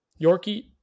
Yorkie